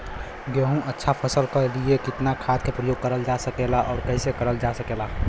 गेहूँक अच्छा फसल क लिए कितना खाद के प्रयोग करल जा सकेला और कैसे करल जा सकेला?